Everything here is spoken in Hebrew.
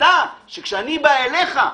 כשאני בא אליך,